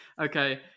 okay